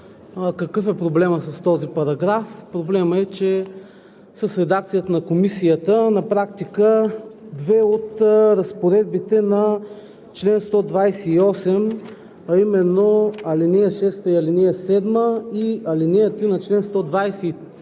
Какъв е проблемът с този параграф? Проблемът е, че с редакцията на Комисията на практика две от разпоредбите на чл. 128, а именно ал. 6 и 7, и ал. 3 на чл. 129,